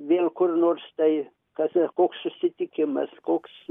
vėl kur nors tai kas koks susitikimas koks